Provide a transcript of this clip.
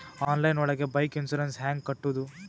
Online ಒಳಗೆ bike insurance ಹ್ಯಾಂಗ್ ಕಟ್ಟುದು?